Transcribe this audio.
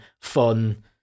fun